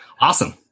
Awesome